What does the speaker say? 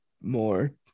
more